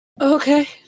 Okay